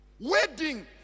Wedding